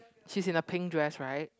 she's in a pink dress right